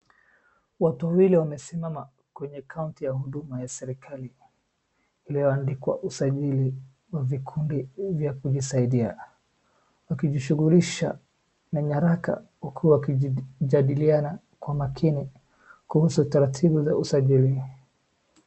Watu wawili wamesimama kwenye kaunta ya huduma ya serikali iliyoandikwa usajili wa vikundi vya kujisaidia. Wakijishughulisha na nyaraka huku wakijadiliana kwa makini kuhusu taratibu za usajili.